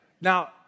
Now